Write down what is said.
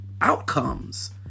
outcomes